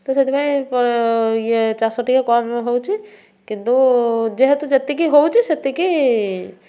ତ ସେଥିପାଇଁ ଇଏ ଚାଷ ଟିକେ କମ୍ ହେଉଛି କିନ୍ତୁ ଯେହେତୁ ଯେତିକି ହେଉଛି ସେତିକି